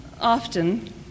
often